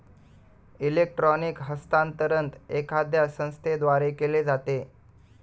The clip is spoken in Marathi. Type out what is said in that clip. इलेक्ट्रॉनिक हस्तांतरण एखाद्या संस्थेद्वारे केले जाते